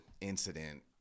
Incident